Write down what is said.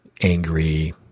angry